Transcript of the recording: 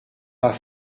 pas